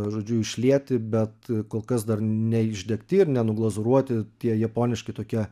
žodžiu išlieti bet kol kas dar neišdegti ir nenuglazūruoti tie japoniškai tokie